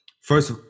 first